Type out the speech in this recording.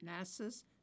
NASA's